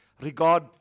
regard